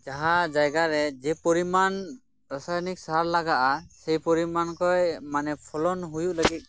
ᱡᱟᱦᱟᱸ ᱡᱟᱭᱜᱟ ᱨᱮ ᱡᱮ ᱯᱚᱨᱤᱢᱟᱱ ᱨᱟᱥᱟᱭᱱᱤᱠ ᱥᱟᱨ ᱞᱟᱜᱟᱜᱼᱟ ᱥᱮ ᱯᱚᱨᱤᱢᱟᱱ ᱯᱷᱚᱞᱚᱱ ᱦᱩᱭᱩᱜ ᱞᱟᱹᱜᱤᱫ